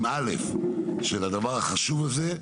אפשרה עם א' של הדבר החשוב הזה.